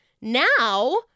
Now